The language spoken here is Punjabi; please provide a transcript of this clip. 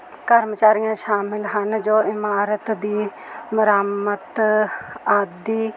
ਕਰਮਚਾਰੀਆਂ ਸ਼ਾਮਿਲ ਹਨ ਜੋ ਇਮਾਰਤ ਦੀ ਮੁਰੰਮਤ ਆਦਿ